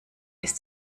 ist